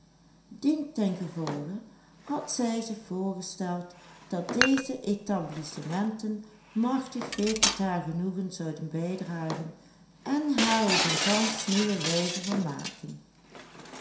dien ten gevolge had zij zich voorgesteld dat deze établissementen machtig veel tot haar genoegen zouden bijdragen en haar op een gansch nieuwe wijze vermaken